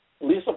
Lisa